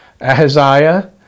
Ahaziah